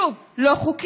שוב, לא חוקי.